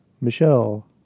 Michelle